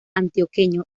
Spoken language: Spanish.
antioqueño